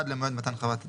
עד למועד מתן חוות הדעת,